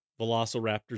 Velociraptors